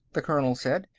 the colonel said,